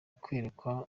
kwerekwa